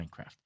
Minecraft